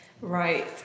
Right